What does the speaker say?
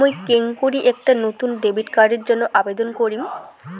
মুই কেঙকরি একটা নতুন ডেবিট কার্ডের জন্য আবেদন করিম?